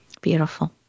Beautiful